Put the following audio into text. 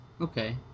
Okay